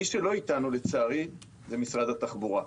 מי שלצערי לא איתנו זה משרד התחבורה.